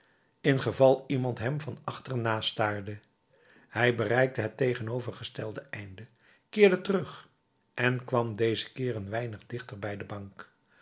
geval iemand hem van achteren nastaarde hij bereikte het tegenovergestelde einde keerde terug en kwam dezen keer een weinig dichter bij de bank